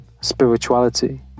spirituality